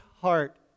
heart